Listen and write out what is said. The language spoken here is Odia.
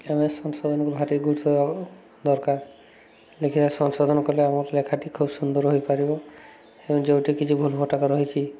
ଆମେ ସଂଶାଧନକୁ ଭାରି ଗୁରୁତ୍ୱ ଦରକାର ଲେଖିବା ସଂଶାଧନ କଲେ ଆମର ଲେଖାଟି ଖୁବ୍ ସୁନ୍ଦର ହୋଇପାରିବ ଏବଂ ଯେଉଁଠି କିଛି ଭୁଲ୍ଭଟାକା ରହିଛି